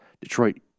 Detroit